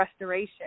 restoration